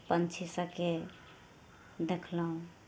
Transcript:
पंछी सभकेँ देखलहुँ